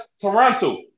Toronto